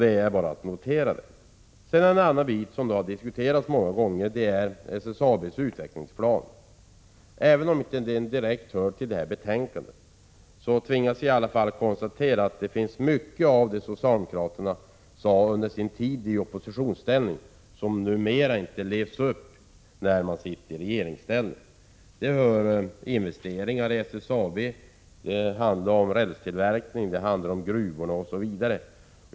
En annan sak som har diskuterats många gånger är SSAB:s utvecklingsplan. Även om det inte direkt hör samman med detta betänkande, tvingas vi konstatera att det är mycket av vad socialdemokraterna sade under sin tid i oppositionsställning som de inte lever upp till när de nu är i regeringsställning. Det handlar om investeringar i SSAB, om rälstillverkning, om gruvor och annat.